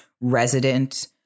resident